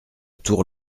tour